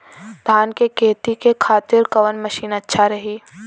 धान के खेती के खातिर कवन मशीन अच्छा रही?